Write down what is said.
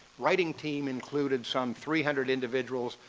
writing team included some three hundred individuals.